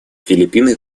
филиппины